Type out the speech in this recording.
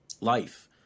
life